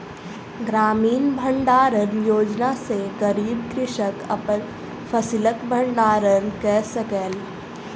ग्रामीण भण्डारण योजना सॅ गरीब कृषक अपन फसिलक भण्डारण कय सकल